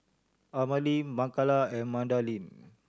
Amalie Makala and Madalynn